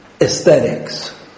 aesthetics